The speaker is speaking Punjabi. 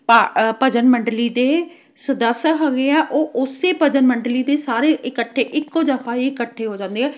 ਭਾ ਭਜਨ ਮੰਡਲੀ ਦੇ ਸੁਦੱਸ ਹੈਗੇ ਆ ਉਹ ਉਸੇ ਭਜਨ ਮੰਡਲੀ ਦੇ ਸਾਰੇ ਇਕੱਠੇ ਇੱਕੋ ਜਗ੍ਹਾ ਹੀ ਇਕੱਠੇ ਹੋ ਜਾਂਦੇ ਆ